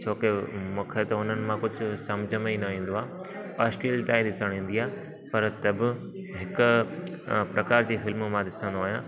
छो कि मूंखे त हुननि मां कुझु सम्झि में ई न ईंदो आहे अश्लीलता ॾिसणु ईंदी आहे पर तब हिक प्रकार जी फिल्मूं मां ॾिसंदो आहियां